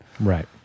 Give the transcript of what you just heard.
Right